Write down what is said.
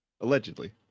Allegedly